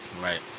right